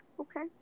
okay